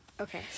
Okay